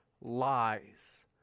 lies